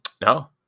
No